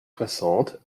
soixante